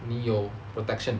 你有 protection